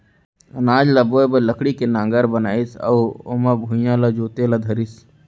अनाज ल बोए बर लकड़ी के नांगर बनाइस अउ ओमा भुइयॉं ल जोते ल धरिस